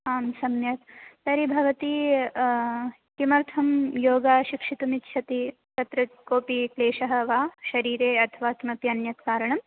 आं सम्यक् तर्हि भवती किमर्थं योग शिक्षितुमिच्छति तत्र कोऽपि क्लेषः वा शरीरे अथवा किमपि अन्यत् कारणं